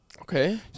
Okay